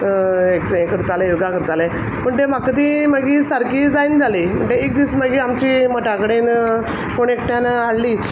x हें करतालें योगा करतालें पूण टें म्हाक ती मागी सारकी जायन जाली म्हणट एक दीस मागी आमची मठा कडेन कोण एकट्यान हाडली